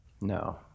No